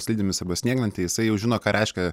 slidėmis arba snieglente jisai jau žino ką reiškia